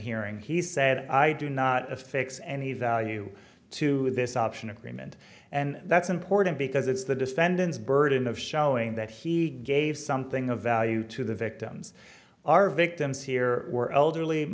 hearing he said i do not a fix and the value to this option agreement and that's important because it's the defendant's burden of showing that he gave something of value to the victims are victims here were elderly